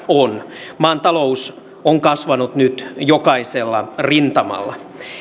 on maan talous on kasvanut nyt jokaisella rintamalla